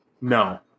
no